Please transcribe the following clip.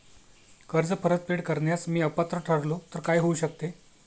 कर्ज परतफेड करण्यास मी अपात्र ठरलो तर काय होऊ शकते?